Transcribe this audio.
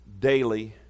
daily